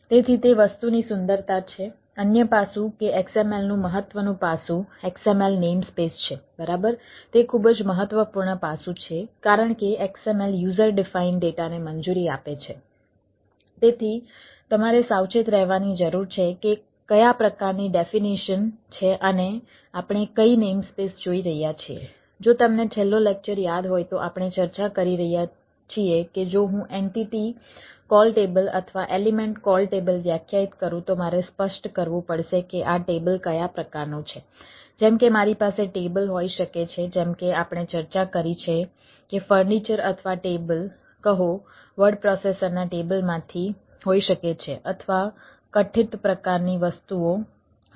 તેથી તે વસ્તુની સુંદરતા છે અન્ય પાસું કે XML નું મહત્વનું પાસું XML નેમ સ્પેસ ના ટેબલમાંથી હોઈ શકે છે અથવા કઠિત પ્રકારની વસ્તુઓ ફેલાવો